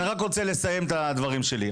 אני רק רוצה לסיים את הדברים שלי,